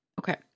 Okay